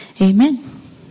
Amen